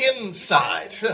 inside